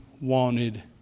wanted